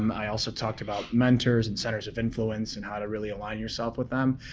um i also talked about mentors and centers of influence and how to really align yourself with them.